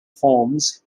forms